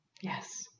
yes